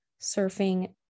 surfing